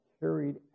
Carried